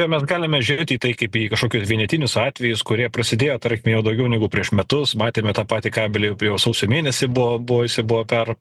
mes galime žiūrėt į tai kaip į kažkokiu vienetinius atvejus kurie prasidėjo tarkime jau daugiau negu prieš metus matėme tą patį kabelį prie jau sausio mėnesį buvo buvo jisai buvo per